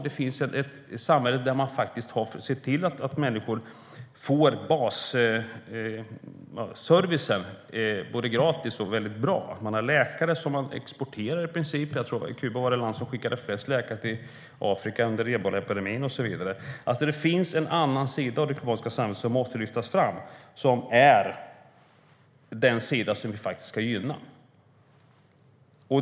Det är ett samhälle där de ser till att människor får basservicen gratis och väldigt bra. De har läkare som de i princip exporterar. Jag tror att Kuba var det land som skickade flest läkare till Afrika under ebolaepidemin och så vidare. Det finns en annan sida av det kubanska samhället som måste lyftas fram, och det är den sida som vi ska gynna.